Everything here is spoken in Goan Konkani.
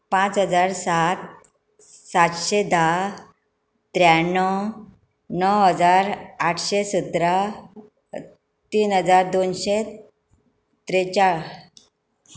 पांच हजार सात सातशें धा त्रेयाणव णव हजार आठशें सतरा तीन हजार दोनशें त्रेचाळीस